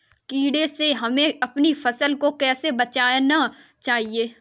कीड़े से हमें अपनी फसल को कैसे बचाना चाहिए?